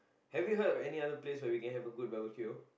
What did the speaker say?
have you heard of any other place where we can have a good barbecue